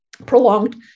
Prolonged